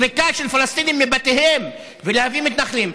והזריקה של פלסטינים מבתיהם והבאת מתנחלים.